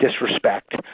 disrespect